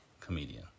comedian